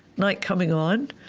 night coming on,